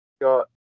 Got